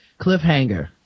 cliffhanger